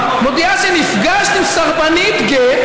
מודיעה שנפגשת עם סרבנית גט,